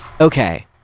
okay